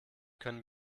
können